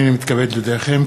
הנני מתכבד להודיעכם,